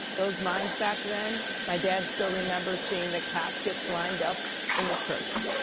those mines back then, my dad still remember seeing the caskets lined up in the church,